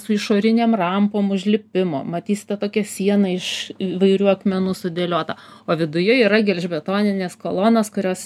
su išorinėm rampom užlipimo matysite tokia sienai iš įvairių akmenų sudėliota o viduje yra gelžbetoninės kolonos kurios